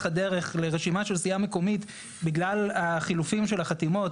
הדרך לרשימה של סיעה מקומית בגלל החילופים של החתימות